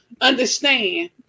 understand